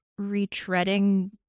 retreading